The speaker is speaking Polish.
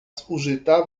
zużyta